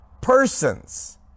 Persons